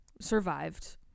survived